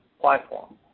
platform